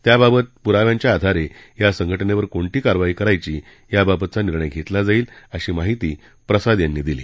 त्याबाबतच्या पुराव्यांच्या आधारे या संघटनेवर कोणती कारवाई करायची त्याबाबतचा निर्णय घेतला जाईल अशी माहिती प्रसाद यांनी दिली